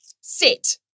sit